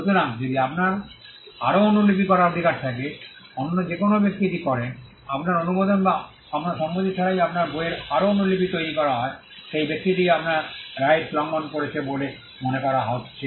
সুতরাং যদি আপনার আরও অনুলিপি করার অধিকার থাকে অন্য যে কোনও ব্যক্তি এটি করেন আপনার অনুমোদন বা আপনার সম্মতি ছাড়াই আপনার বইয়ের আরও অনুলিপি তৈরি করা হয় সেই ব্যক্তিটি আপনার রাইটস লঙ্ঘন করছে বলে মনে করা হচ্ছে